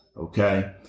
Okay